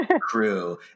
crew